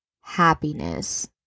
happiness